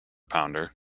pounder